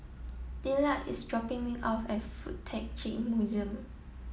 Dillard is dropping me off at Fuk Tak Chi Museum